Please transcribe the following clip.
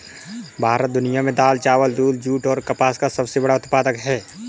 भारत दुनिया में दाल, चावल, दूध, जूट और कपास का सबसे बड़ा उत्पादक है